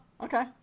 okay